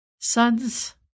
Sons